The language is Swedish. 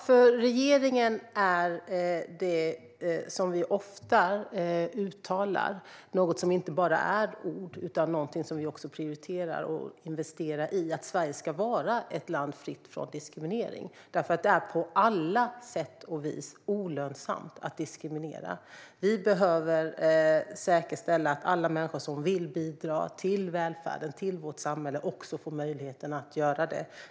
Fru talman! Att Sverige ska vara ett land som är fritt från diskriminering är för regeringen - vilket vi ofta uttalar - något som inte bara är ord utan någonting som vi prioriterar och investerar i. Det är på alla sätt och vis olönsamt att diskriminera. Vi behöver säkerställa att alla människor som vill bidra till välfärden och till vårt samhälle också får möjlighet att göra det.